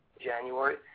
January